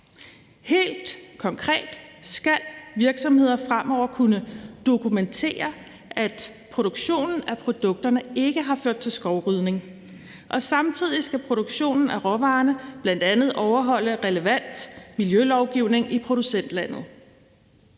Helt konkret skal virksomheder fremover kunne dokumentere, at produktionen af produkterne ikke har ført til skovrydning, og samtidig skal produktionen af råvarerne bl. a. overholde relevant miljølovgivning i producentlandet.